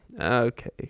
okay